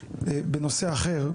בנושא אחר,